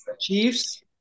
Chiefs